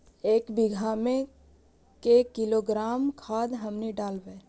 एक बीघा मे के किलोग्राम खाद हमनि डालबाय?